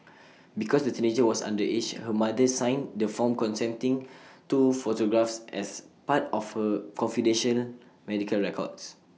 because the teenager was underage her mother signed the form consenting to photographs as part of her confidential medical records